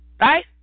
Right